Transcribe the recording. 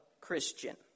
Christian